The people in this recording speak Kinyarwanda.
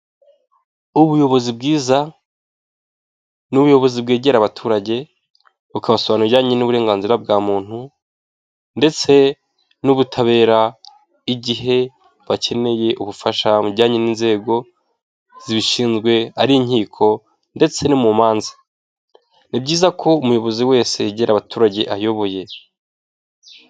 Ubuyobozi bwiza ni ubuyobozi bwegera abaturage bukabasobanura ibijyanye n'uburenganzira bwa muntu ndetse n'ubutabera, igihe bakeneye ubufasha bujyanye n'inzego zibishinzwe, ari inkiko ndetse no mu manza, ni byiza ko umuyobozi wese yegera abaturage ayoboye.